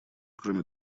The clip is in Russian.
кроме